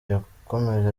yakomeje